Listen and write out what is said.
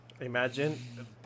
Imagine